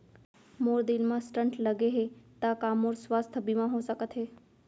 मोर दिल मा स्टन्ट लगे हे ता का मोर स्वास्थ बीमा हो सकत हे?